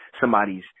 somebody's